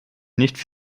nicht